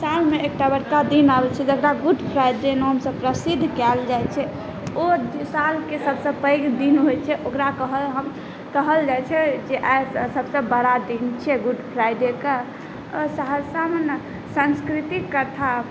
सालमे एकटा बड़का दिन आबै छै जकरा गुड फ्राइडे नामसँ प्रसिद्ध कएल जाइ छै ओ सालके सबसँ पैघ दिन होइ छै ओकरा हम कहल जाइ छै कि आइ सबसँ बड़ा दिन छै गुड फ्राइडेके सहरसामे ने संस्कृतिक कथा